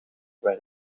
werk